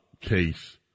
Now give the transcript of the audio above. case